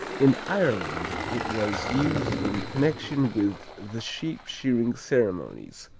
in ireland it was used in connection with the sheep-shearing ceremonies,